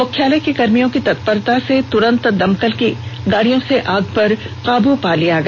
मुख्यालय के कर्मियों की तत्परता से तुरंत दमकल की गाड़ियों से आग पर काबू पाया गया